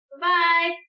bye